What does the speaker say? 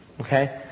Okay